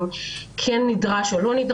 אם כן נדרש או לא.